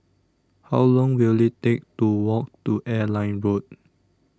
How Long Will IT Take to Walk to Airline Road